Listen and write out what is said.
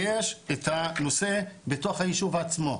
ויש את הנושא בתוך היישוב עצמו.